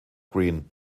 green